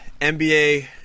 NBA